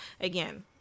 again